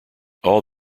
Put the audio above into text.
all